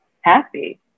happy